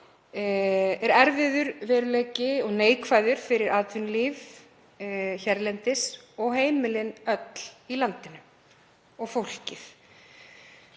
eru erfiður veruleiki og neikvæður fyrir atvinnulíf hérlendis og heimilin öll í landinu og fólkið.